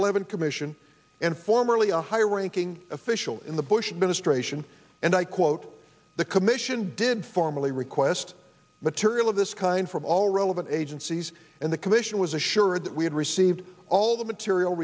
eleven commission and formerly a high ranking official in the bush administration and i quote the commission did formally request material of this kind from all relevant agencies and the commission was assured that we had received all the material